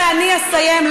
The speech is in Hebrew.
חבר הכנסת יונה,